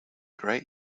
great